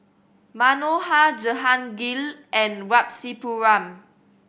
Manohar Jehangirr and Rasipuram